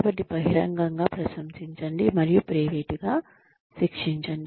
కాబట్టి బహిరంగంగా ప్రశంసించండి మరియు ప్రైవేటుగా శిక్షించండి